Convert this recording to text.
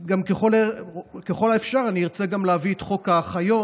וגם ככל האפשר אני ארצה גם להביא את חוק האחיות,